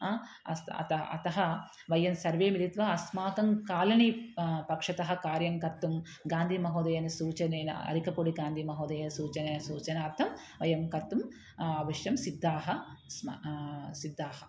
अ अस् अतः अतः वयं सर्वे मिलित्वा अस्माकं कालनि पक्षतः कार्यं कर्तुं गान्धिमहोदयस्य सूचनेन अरेकपूडिगान्धिमहोदयस्य सूचनं सूचनार्थं वयं कर्तुम् अवश्यं सिद्धाः स्म सिद्धाः